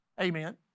Amen